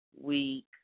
week